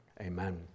Amen